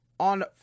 On